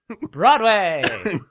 Broadway